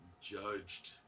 judged